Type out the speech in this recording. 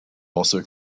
also